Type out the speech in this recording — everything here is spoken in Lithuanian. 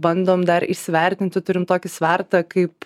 bandom dar įsivertinti turim tokį svertą kaip